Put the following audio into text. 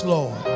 Lord